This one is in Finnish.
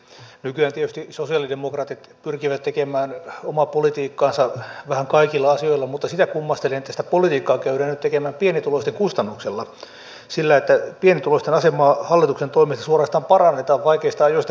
nykyään tietysti sosialidemokraatit pyrkivät tekemään omaa politiikkaansa vähän kaikilla asioilla mutta sitä kummastelen että sitä politiikkaa käydään nyt tekemään pienituloisten kustannuksella sillä pienituloisten asemaa hallituksen toimesta suorastaan parannetaan vaikeista ajoista huolimatta